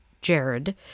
Jared